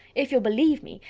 if you'll believe me,